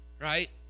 right